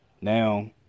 Now